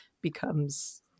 becomes